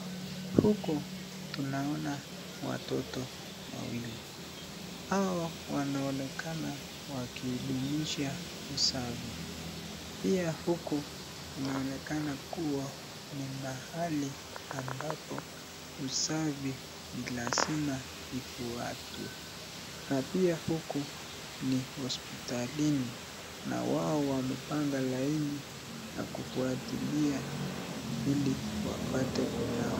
Huku tunaona watoto wawili, hao wanaonekana wakidumisha usafi pia huku wanaonekana kuwa ni mahali ambapo usafi lazima ifuatwe na pia huku ni hospitalini na wao wameoanga laini kufuatilia ili wapate kunawa.